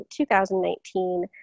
2019